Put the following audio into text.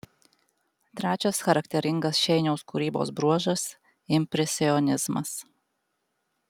trečias charakteringas šeiniaus kūrybos bruožas impresionizmas